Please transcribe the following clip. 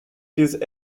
his